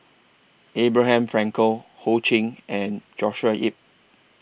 Abraham Frankel Ho Ching and Joshua Ip